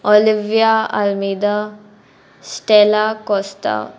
Olivia Almeida Stella Costa